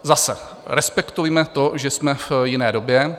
Zase respektujme to, že jsme v jiné době.